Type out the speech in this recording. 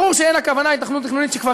ברור שאין הכוונה היתכנות תכנונית כשכבר